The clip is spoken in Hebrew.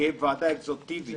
כאשר